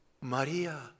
Maria